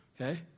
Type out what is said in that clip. okay